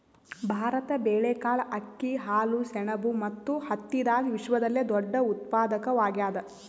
ಭಾರತ ಬೇಳೆಕಾಳ್, ಅಕ್ಕಿ, ಹಾಲು, ಸೆಣಬು ಮತ್ತು ಹತ್ತಿದಾಗ ವಿಶ್ವದಲ್ಲೆ ದೊಡ್ಡ ಉತ್ಪಾದಕವಾಗ್ಯಾದ